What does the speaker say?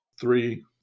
three